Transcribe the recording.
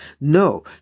No